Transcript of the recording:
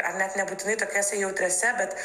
ar net nebūtinai tokiose jautriose bet